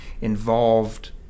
involved